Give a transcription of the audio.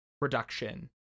production